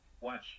Watch